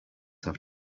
have